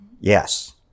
Yes